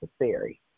necessary